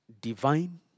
divine